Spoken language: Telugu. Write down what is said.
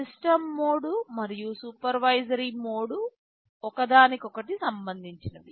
సిస్టమ్ మోడ్ మరియు సూపర్వైజారి మోడ్ ఒక దానికొకటి సంబంధించినవి